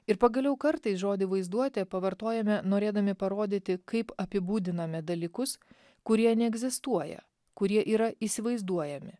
ir pagaliau kartais žodį vaizduotė pavartojome norėdami parodyti kaip apibūdiname dalykus kurie neegzistuoja kurie yra įsivaizduojami